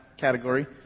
category